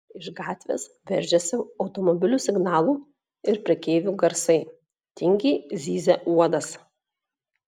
iš gatvės veržėsi automobilių signalų ir prekeivių garsai tingiai zyzė uodas